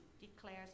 declares